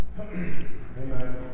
Amen